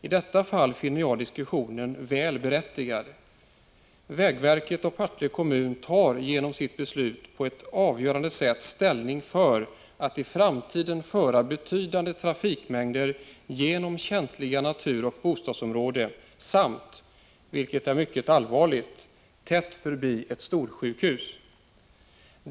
I detta fall finner jag diskussionen väl berättigad. Vägverket och Partille kommun tar genom sitt beslut på ett avgörande sätt ställning för att man i framtiden skall föra betydande trafikmängder genom känsliga naturoch bostadsområden, samt, vilket är mycket allvarligt, tätt förbi ett storsjukhus.